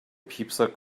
piepser